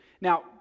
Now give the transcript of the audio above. Now